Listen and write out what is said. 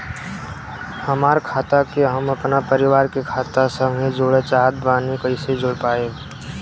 हमार खाता के हम अपना परिवार के खाता संगे जोड़े चाहत बानी त कईसे जोड़ पाएम?